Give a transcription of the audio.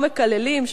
לא מקללים,